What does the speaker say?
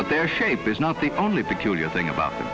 but their shape is not the only peculiar thing about the